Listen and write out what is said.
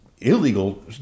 illegal